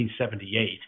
1978